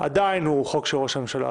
עדיין הוא חוק של ראש הממשלה,